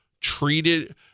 Treated